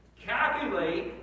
calculate